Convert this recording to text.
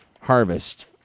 harvest